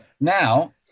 Now